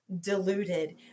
diluted